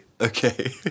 Okay